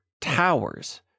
towers